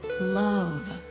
love